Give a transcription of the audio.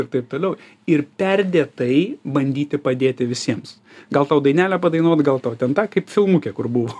ir taip toliau ir perdėtai bandyti padėti visiems gal tau dainelę padainuot gal tau ten tą kaip filmuke kur buvo